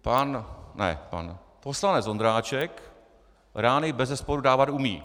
Pan, ne pan, poslanec Ondráček rány bezesporu dávat umí.